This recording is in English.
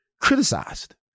criticized